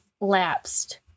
lapsed